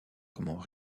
comment